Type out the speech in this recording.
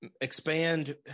expand